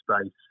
space